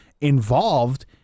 involved